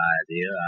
idea